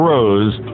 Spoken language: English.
Rose